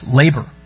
labor